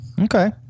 okay